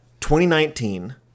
2019